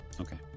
Okay